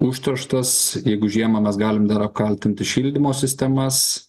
užterštas jeigu žiemą mes galim kaltinti šildymo sistemas